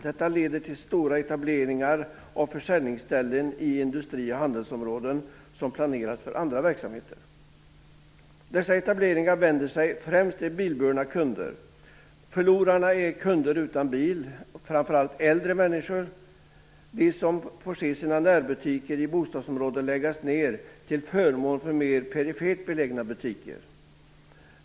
Detta leder till stora etableringar av försäljningsställen i industri och handelsområden som planerats för andra verksamheter. Dessa etableringar vänder sig främst till bilburna kunder. Förlorarna är kunder utan bil, framför allt äldre människor. De får se sina närbutiker i bostadsområden läggas ned till förmån för mer perifert belägna butiker.